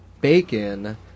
bacon